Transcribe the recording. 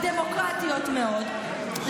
הדמוקרטיות מאוד.